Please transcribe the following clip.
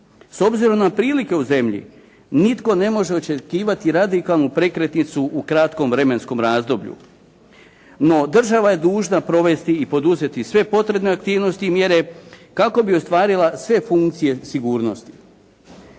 s obzirom na prilike u zemlji nitko ne može očekivati radikalnu prekretnicu u kratkom vremenskom razdoblju. No država je dužna provesti i poduzeti sve potrebne aktivnosti i mjere kako bi ostvarila sve funkcije sigurnosti.